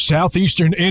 Southeastern